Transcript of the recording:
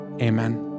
Amen